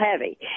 heavy